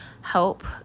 help